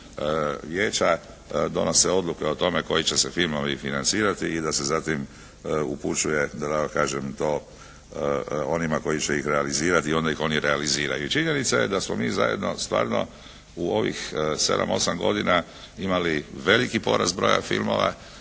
vijeća donose odluke o tome koji će se filmovi financirati i da se zatim upućuje da tako kažem to onima koji će ih realizirati onda ih oni realiziraju. I činjenica je da smo zajedno stvarno u ovih 7, 8 godina imali veliki porast broja filmova,